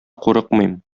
курыкмыйм